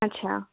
আচ্ছা